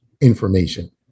information